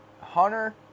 Hunter